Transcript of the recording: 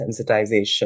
sensitization